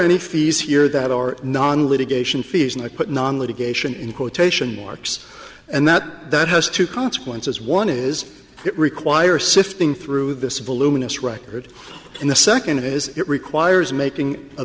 any fees here that are non litigation fees and put non litigation in quotation marks and that that has to consequences one is that require sifting through this voluminous record in the second is it requires making a